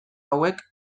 hauek